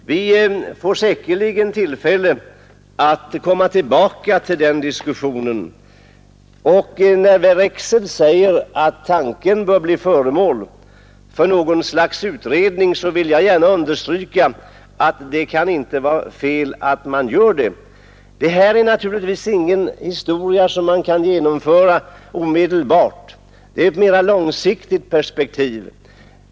Vi får säkerligen tillfälle att komma tillbaka till den diskussionen. När Bror Rexed säger att tanken bör bli föremål för någon form av utredning, vill jag gärna understryka att det inte kan vara fel att göra så. Detta är naturligtvis inte en reform som kan genomföras omedelbart, utan den måste ses i ett mera långsiktigt perspektiv.